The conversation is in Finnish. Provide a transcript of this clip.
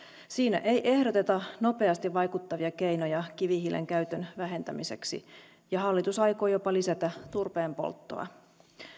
siinä ei ehdoteta nopeasti vaikuttavia keinoja kivihiilen käytön vähentämiseksi ja hallitus aikoo jopa lisätä turpeenpolttoa